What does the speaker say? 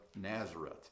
Nazareth